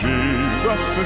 Jesus